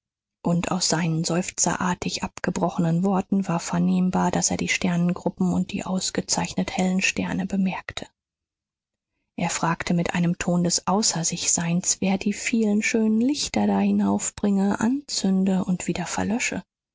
und aus seinen seufzerartig abgebrochenen worten war vernehmbar daß er die sterngruppen und die ausgezeichnet hellen sterne bemerkte er fragte mit einem ton des außersichseins wer die vielen schönen lichter da hinaufbringe anzünde und wieder verlösche